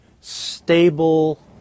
stable